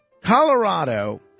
Colorado